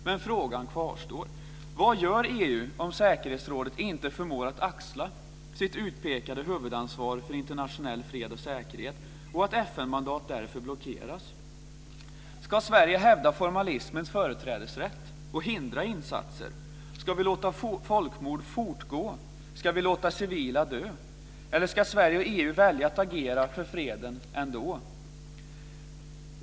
Men vad gör EU om säkerhetsrådet inte förmår axla sitt utpekade huvudansvar för internationell fred och säkerhet och FN-mandat därför blockeras? Ska Sverige hävda formalismens företrädesrätt och hindra insatser? Ska vi låta folkmord fortgå? Ska vi låta civila dö? Eller ska Sverige och EU välja att agera för freden ändå?